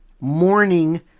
morning